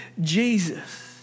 Jesus